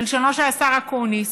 כלשונו של השר אקוניס,